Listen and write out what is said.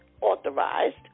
authorized